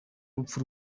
rupfu